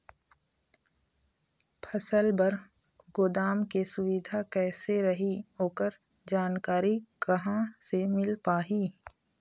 फसल बर गोदाम के सुविधा कैसे रही ओकर जानकारी कहा से मिल पाही?